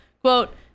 quote